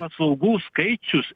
paslaugų skaičius